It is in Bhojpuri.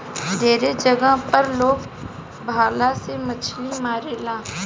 ढेरे जगह पर लोग भाला से मछली मारेला